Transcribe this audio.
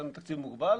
את הפתרון.